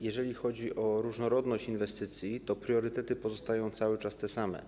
Jeżeli chodzi o różnorodność inwestycji, to priorytety pozostają cały czas te same.